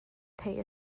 theih